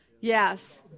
Yes